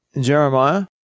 Jeremiah